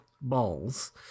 balls